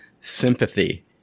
sympathy